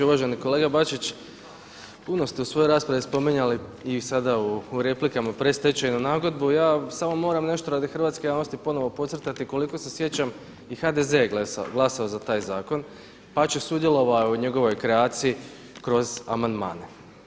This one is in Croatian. Uvaženi kolega Bačić, puno ste u svojoj raspravi spominjali i sada u replikama predstečajnu nagodbu, samo moram nešto radi hrvatske javnosti ponovno podcrtati, koliko se sjećam i HDZ je glasao za taj zakon, dapače sudjelovao je u njegovoj kreaciji kroz amandmane.